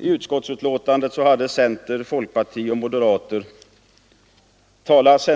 I utskottsbetänkandet har centerpartister, folkpartister och moderater talat